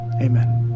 Amen